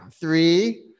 Three